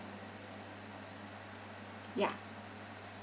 ya